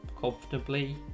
comfortably